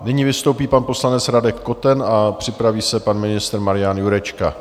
Nyní vystoupí pan poslanec Radek Koten a připraví se pan ministr Marian Jurečka.